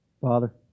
Father